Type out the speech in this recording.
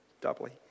doubly